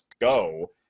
go